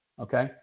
Okay